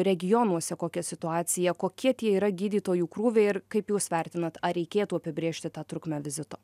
regionuose kokia situacija kokie tie yra gydytojų krūviai ir kaip jūs vertinat ar reikėtų apibrėžti tą trukmę vizito